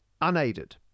unaided